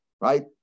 right